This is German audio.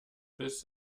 biss